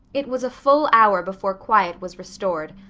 it was a full hour before quiet was restored.